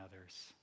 others